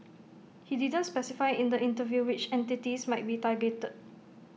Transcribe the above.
he didn't specify in the interview which entities might be targeted